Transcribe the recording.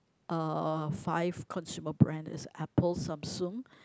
uh five consumer brand is Apple Samsung